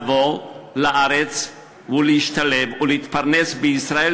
לבוא לארץ ולהשתלב ולהתפרנס בישראל,